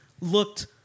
looked